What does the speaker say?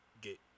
get